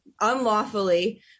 unlawfully